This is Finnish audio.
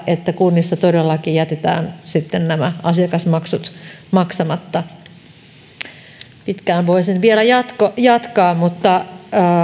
että kunnissa todellakin jätetään asiakasmaksut perimättä pitkään voisin vielä jatkaa mutta